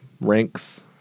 ranks